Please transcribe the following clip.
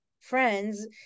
friends